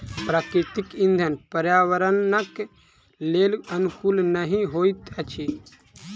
प्राकृतिक इंधन पर्यावरणक लेल अनुकूल नहि होइत अछि